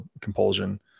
compulsion